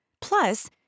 Plus